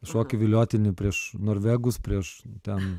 šoki viliotinį prieš norvegus prieš ten